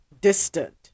distant